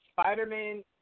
Spider-Man